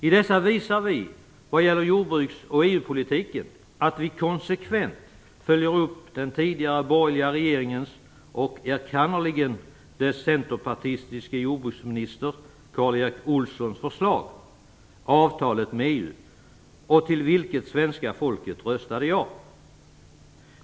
I dessa dagar visar vi att vi vad gäller jordbruksoch EU-politiken konsekvent följer upp den tidigare borgerliga regeringens och enkannerligen dess centerpartistiske jordbruksminister Karl Erik Olssons förslag och även avtalet med EU, till vilket svenska folket röstade ja.